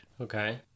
Okay